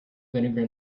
vinegar